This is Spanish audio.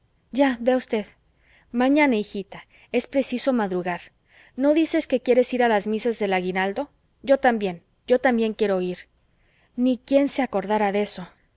ya vea usted mañana hijita es preciso madrugar no dices que quieres ir a las misas de aguinaldo yo también yo también quiero ir ni quien se acordara de eso